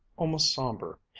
almost somber,